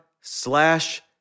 slash